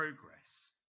progress